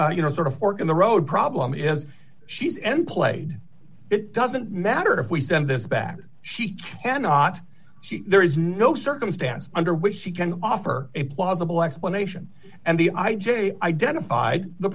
ins you know sort of fork in the road problem is she's en played it doesn't matter if we send this back she had not there is no circumstance under which she can offer a plausible explanation and the i j a identified the